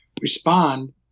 respond